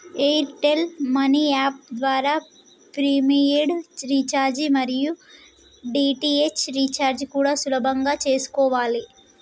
air tell money app ద్వారా prepaid recharge మరియు DTH recharge కూడా సులభంగా చేసుకోవాలే